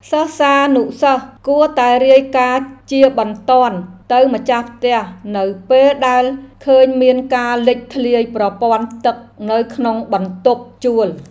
សិស្សានុសិស្សគួរតែរាយការណ៍ជាបន្ទាន់ទៅម្ចាស់ផ្ទះនៅពេលដែលឃើញមានការលេចធ្លាយប្រព័ន្ធទឹកនៅក្នុងបន្ទប់ជួល។